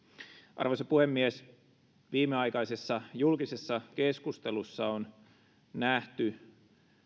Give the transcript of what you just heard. arvoisa puhemies viimeaikaisessa julkisessa keskustelussa on nähty